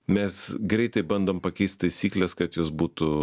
mes greitai bandom pakeist taisykles kad jos būtų